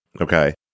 Okay